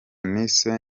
nise